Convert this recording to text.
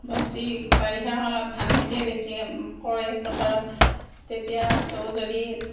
বেছি বাৰিষাকালত ধান খেতিয়েই বেছিকৈ কৰে পথাৰত তেতিয়াতো যদি